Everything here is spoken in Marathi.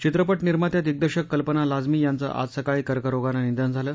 चित्रपट निर्मात्या दिगदर्शक कल्पना लाजमी यांचं आज सकाळी कर्करोगानं निधन झालं